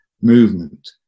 movement